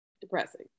Depressing